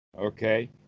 Okay